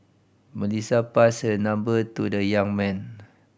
Melissa passed her number to the young man